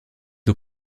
aux